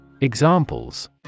Examples